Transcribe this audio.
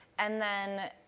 and then,